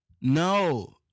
No